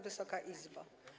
Wysoka Izbo!